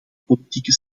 politieke